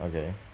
okay